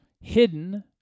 hidden